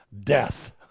death